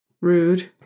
Rude